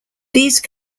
these